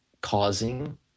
causing